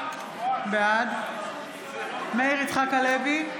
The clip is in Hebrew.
בעד מאיר יצחק הלוי,